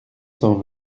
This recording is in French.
cent